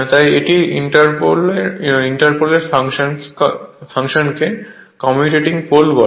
তাই এই ইন্টারপোলের ফাংশনকে কম্যুটেটিং পোল বলে